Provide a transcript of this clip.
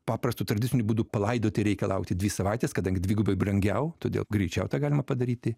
paprastu tradiciniu būdu palaidoti reikia laukti dvi savaites kadangi dvigubai brangiau todėl greičiau tą galima padaryti